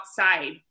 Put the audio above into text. outside